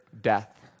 death